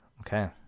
Okay